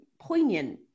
poignant